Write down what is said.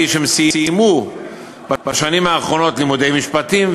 שסיימו בשנים האחרונות לימודי משפטים,